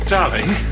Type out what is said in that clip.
Darling